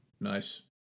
Nice